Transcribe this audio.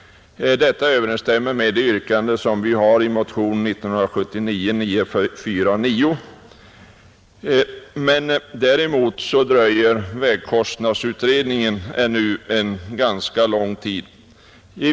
Detta överensstämmer med de yrkanden som vi har i motionen 949. Däremot dröjer vägkostnadsutredningen ännu ganska länge.